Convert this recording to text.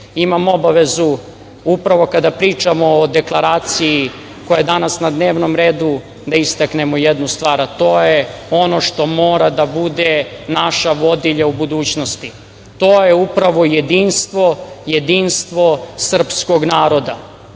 imam obavezu upravo kada pričamo o deklaraciji koja je danas na dnevnom redu da istaknemo jednu stvar, a to je ono što mora da bude naša vodilja u budućnosti, to je upravo jedinstvo, jedinstvo srpskog naroda.